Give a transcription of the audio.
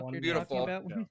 beautiful